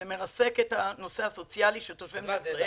זה מרסק את הנושא הסוציאלי של תושבי מדינת ישראל,